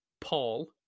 Paul